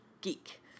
geek